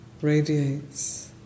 radiates